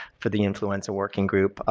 for the influenza working group,